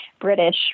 British